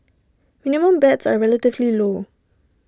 minimum bets are relatively low